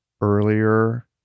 earlier